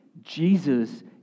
Jesus